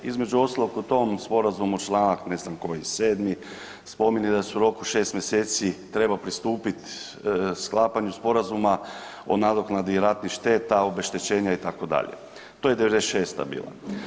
Između ostalog u tom sporazumu članak ne znam koji, sedmi, spominje da se u roku 6 mjeseci treba pristupiti sklapanju sporazuma o nadoknadi ratnih šteta, obeštećenja itd., to je '96. bila.